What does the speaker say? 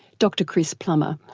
dr chris plummer,